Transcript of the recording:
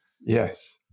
Yes